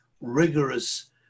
rigorous